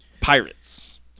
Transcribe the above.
pirates